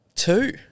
Two